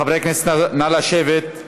חברי הכנסת, נא לשבת.